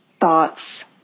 thoughts